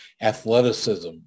athleticism